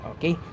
Okay